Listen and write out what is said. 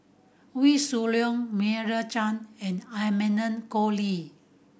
Wee Shoo Leong Meira Chang and Amanda Koe Lee